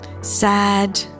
Sad